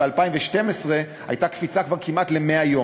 וב-2012 הייתה קפיצה כבר כמעט ל-100 יום.